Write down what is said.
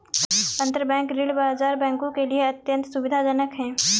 अंतरबैंक ऋण बाजार बैंकों के लिए अत्यंत सुविधाजनक है